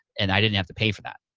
and i didn't have to pay for that.